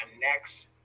next